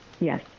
Yes